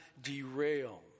derail